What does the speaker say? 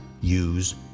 use